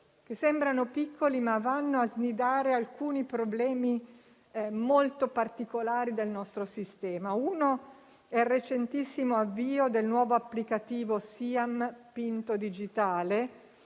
che sembrano piccoli, ma vanno a snidare alcuni problemi molto particolari del nostro sistema. Uno è il recentissimo avvio del nuovo applicativo SIAMM Pinto digitale,